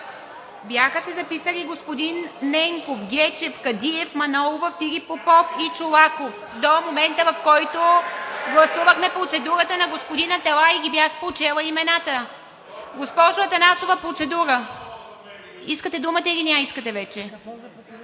Бяха се записали господин Ненков, Гечев, Кадиев, Манолова, Филип Попов и Чолаков. До момента, в който гласувахме процедурата на господин Аталай, Ви бях прочела имената. Госпожо Атанасова ¬– процедура. (Реплики.) Искате ли думата, или не я искате?